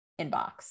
inbox